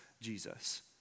Jesus